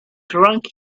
drunk